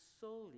solely